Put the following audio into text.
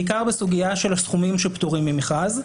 בעיקר בסוגיה של הסכומים שפטורים ממכרז.